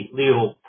legal